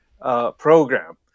program